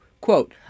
Quote